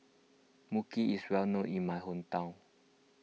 Mui Kee is well known in my hometown